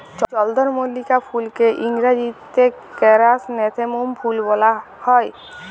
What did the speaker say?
চলদরমল্লিকা ফুলকে ইংরাজিতে কেরাসনেথেমুম ফুল ব্যলা হ্যয়